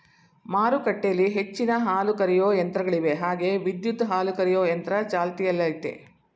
ಮಾರುಕಟ್ಟೆಲಿ ಹೆಚ್ಚಿನ ಹಾಲುಕರೆಯೋ ಯಂತ್ರಗಳಿವೆ ಹಾಗೆ ವಿದ್ಯುತ್ ಹಾಲುಕರೆಯೊ ಯಂತ್ರ ಚಾಲ್ತಿಯಲ್ಲಯ್ತೆ